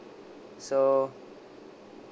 so